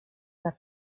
nad